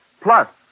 plus